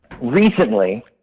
recently